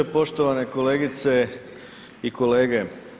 Poštovane kolegice i kolege.